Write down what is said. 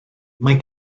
mae